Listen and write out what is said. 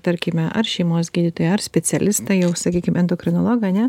tarkime ar šeimos gydytoją ar specialistą jau sakykim endokrinologą ne